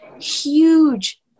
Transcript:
huge